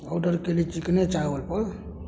order कएली चिकने चावलपर